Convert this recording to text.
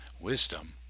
Wisdom